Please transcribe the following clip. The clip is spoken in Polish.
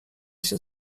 się